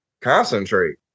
concentrate